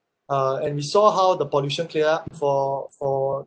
uh and we saw how the pollution clear up for for